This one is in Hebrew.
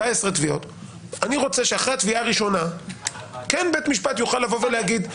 אני רוצה שאחרי התביעה הראשונה בית המשפט יוכל לבוא ולהגיד,